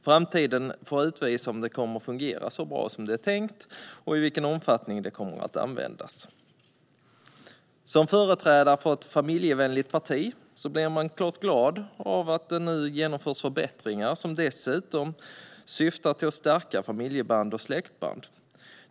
Framtiden får utvisa om det kommer att fungera så bra som det är tänkt och i vilken omfattning det kommer att användas. Som företrädare för ett familjevänligt parti blir man klart glad av att det nu genomförs förbättringar som dessutom syftar till att stärka familjeband och släktband.